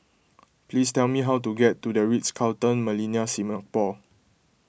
please tell me how to get to the Ritz Carlton Millenia Singapore